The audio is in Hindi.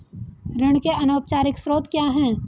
ऋण के अनौपचारिक स्रोत क्या हैं?